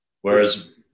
whereas